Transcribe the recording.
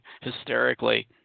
hysterically